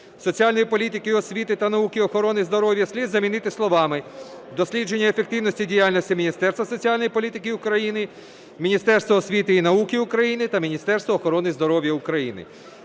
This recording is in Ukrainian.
соціальної політики, освіти та науки і охорони здоров'я" слід замінити словами: "дослідження ефективності діяльності Міністерства соціальної політики України, Міністерства освіти й науки України та Міністерства охорони здоров'я України".